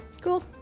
cool